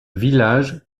village